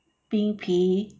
冰皮